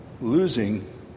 losing